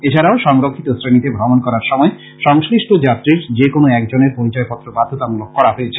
এছাড়াও সংরক্ষিত শ্রেনীতে ভ্রমন করার সময় সংশ্লিষ্ট যাত্রীর যেকোন এক জনের পরিচয়পত্র বাধ্যতামূলক করা করা হয়েছে